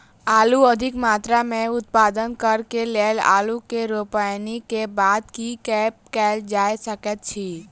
आलु अधिक मात्रा मे उत्पादन करऽ केँ लेल आलु केँ रोपनी केँ बाद की केँ कैल जाय सकैत अछि?